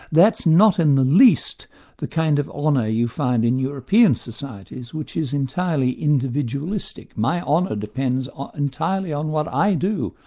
that's not in the least the kind of honour you find in european societies, which is entirely individualistic. my honour depends ah entirely on what i do,